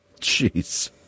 Jeez